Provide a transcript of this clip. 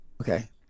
Okay